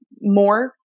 more